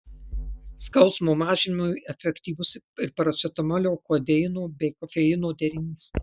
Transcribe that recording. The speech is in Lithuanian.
skausmo mažinimui efektyvus ir paracetamolio kodeino bei kofeino derinys